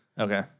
okay